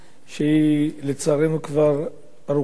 שלצערנו היא כבר ארוכת שנים.